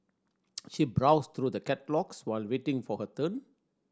she browsed through the catalogues while waiting for her turn